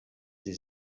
sie